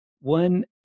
One